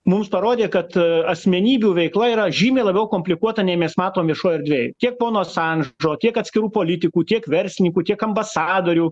mums parodė kad asmenybių veikla yra žymiai labiau komplikuota nei mes matom viešoj erdvėj tiek pono asandžo tiek atskirų politikų tiek verslininkų tiek ambasadorių